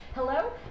Hello